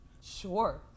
Sure